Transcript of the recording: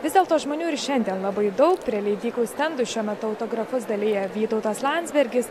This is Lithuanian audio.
vis dėlto žmonių ir šiandien labai daug prie leidyklų stendų šiuo metu autografus dalija vytautas landsbergis